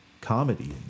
comedy